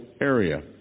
area